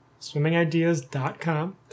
swimmingideas.com